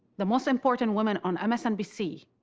the most important woman on msnbc,